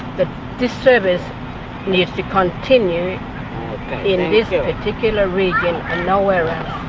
that this service needs to continue in and this particular region and nowhere else.